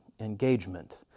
engagement